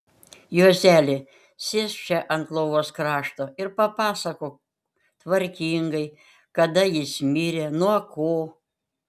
juozeli sėsk čia ant lovos krašto ir papasakok tvarkingai kada jis mirė nuo ko